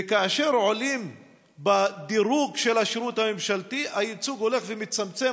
וכאשר עולים בדירוג של השירות הממשלתי הייצוג הולך ומצטמצם,